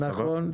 נכון.